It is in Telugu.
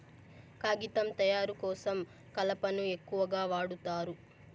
కాగితం తయారు కోసం కలపను ఎక్కువగా వాడుతారు